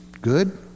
good